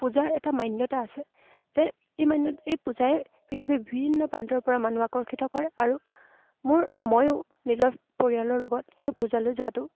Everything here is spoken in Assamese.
পূজাৰ এটা মান্যতা আছে যে এই মান্য এই পূজাই পৃথিৱী বিভিন্ন প্ৰান্তৰ পৰা মানুহ আকৰ্ষিত কৰে আৰু মোৰ ময়ো নিজৰ পৰিয়ালৰ লগত সেই পূজালৈ যোৱাটো